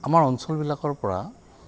আমাৰ অঞ্চলবিলাকৰপৰা